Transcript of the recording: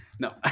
No